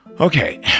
okay